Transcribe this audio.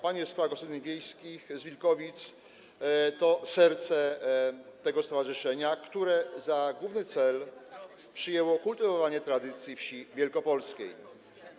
Panie z Koła Gospodyń Wiejskich z Wilkowic to serce tego stowarzyszenia, które za główny cel przyjęło kultywowanie tradycji wsi wielkopolskiej.